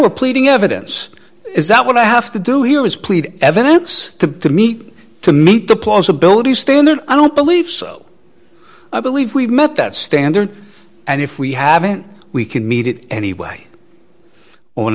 we're pleading evidence is that what i have to do here is plead evidence to to meet to meet the plausibilities standard i don't believe so i believe we've met that standard and if we haven't we can meet it anyway on